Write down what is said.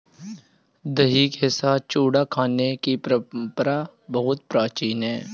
दही के साथ चूड़ा खाने की परंपरा बहुत प्राचीन है